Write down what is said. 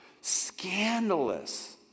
scandalous